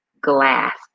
glass